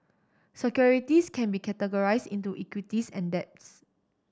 securities can be categorize into equities and debts